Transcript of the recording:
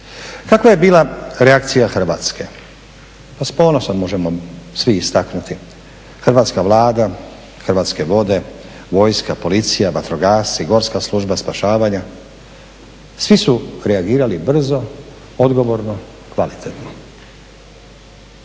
Kakva je bila reakcija Hrvatske? Pa s ponosom možemo svi istaknuti, hrvatska Vlada, Hrvatske vode, vojska, policija, vatrogasci, Gorska služba spašavanja svi su reagirali brzo, odgovorno, kvalitetno.